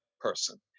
person